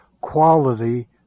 quality